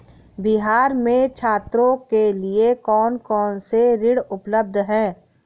बिहार में छात्रों के लिए कौन कौन से ऋण उपलब्ध हैं?